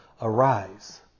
Arise